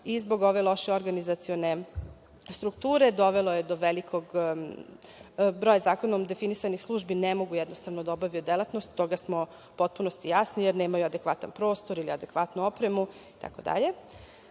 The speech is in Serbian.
Zbog ove loše organizacione strukture dovelo je do velikog broja zakonom definisanih službi, ne mogu jednostavno da obavljaju delatnost, toga smo u potpunosti jasni, jer nemaju adekvatan prostor ili adekvatnu opremu,